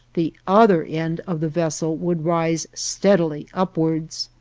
the other end of the vessel would rise steadily upwards.